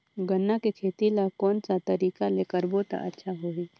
गन्ना के खेती ला कोन सा तरीका ले करबो त अच्छा होही?